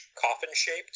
coffin-shaped